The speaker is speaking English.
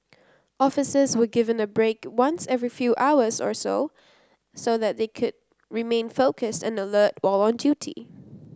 officers were given a break once every few hours or so so that they could remain focused and alert when on duty